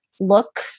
look